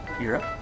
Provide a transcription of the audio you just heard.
Europe